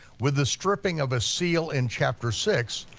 with the stripping of a seal in chapter six,